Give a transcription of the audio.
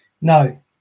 No